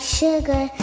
sugar